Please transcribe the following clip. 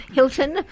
Hilton